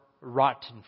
rotten